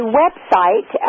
website